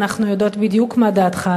אנחנו יודעות בדיוק מה דעתך.